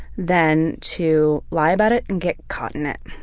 than to lie about it and get caught in it.